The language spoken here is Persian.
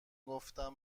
گفتم